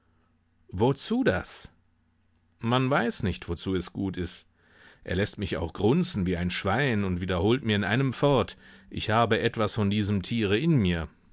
wozu das man weiß nicht wozu es gut ist er läßt mich auch grunzen wie ein schwein und wiederholt mir in einem fort ich habe etwas von diesem tiere in mir